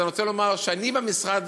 אני רוצה לומר שאני במשרד